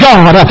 God